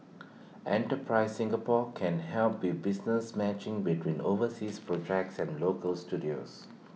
enterprise Singapore can help be business matching between overseas projects and local studios